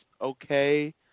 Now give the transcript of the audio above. okay